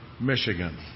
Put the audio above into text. Michigan